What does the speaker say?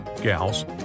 gals